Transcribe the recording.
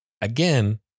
Again